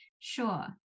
Sure